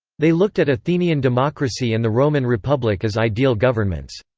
they looked at athenian democracy and the roman republic as ideal governments.